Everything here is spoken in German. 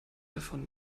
davon